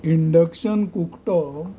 induction कुकटो